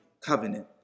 covenant